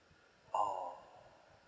orh